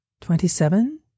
Twenty-seven